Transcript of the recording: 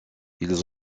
ils